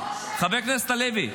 חבר הכנסת הלוי,